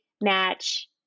match